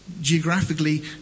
geographically